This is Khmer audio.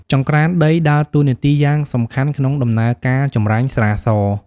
ចង្រ្កានដីដើរតួនាទីយ៉ាងសំខាន់ក្នុងដំណើរការចម្រាញ់ស្រាស។